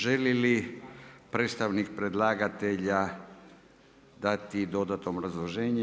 Želi li predstavnik predlagatelja dati dodatno obrazloženje?